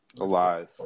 Alive